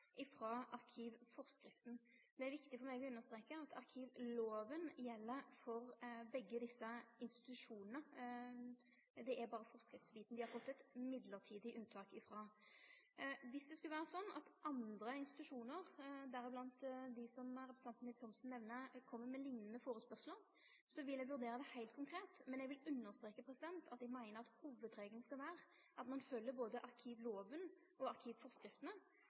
arkivforskrifta. Det er viktig for meg å understreke at arkivlova gjeld for begge desse institusjonane. Det er berre forskriftsbiten dei har fått eit mellombels unntak frå. Dersom det skulle vere sånn at andre institusjonar, f.eks. dei som representanten Ib Thomsen nemner, kjem med liknande førespurnader, vil eg vurdere det heilt konkret. Men eg vil understreke at eg meiner at hovudregelen skal vere at ein følgjer både arkivlova og